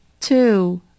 Two